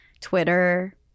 Twitter